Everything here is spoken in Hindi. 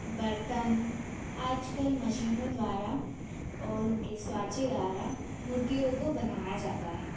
बर्तन आज कल मशीनों द्वारा और उनके साँचे द्वारा मूर्तियों को बनाया जाता है